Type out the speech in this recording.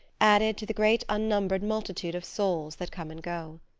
added to the great unnumbered multitude of souls that come and go.